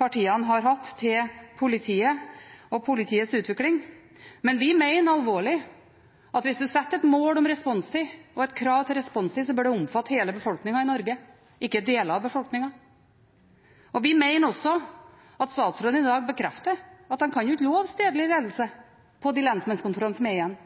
partiene har hatt til politiet og politiets utvikling. Men vi mener alvorlig at hvis en setter et mål om og et krav til responstid, bør det omfatte hele befolkningen i Norge, ikke deler av befolkningen. Vi mener også at statsråden i dag bekrefter at han ikke kan love stedlig ledelse på de lensmannskontorene som er igjen.